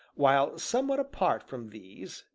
while somewhat apart from these,